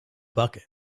bucket